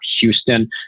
Houston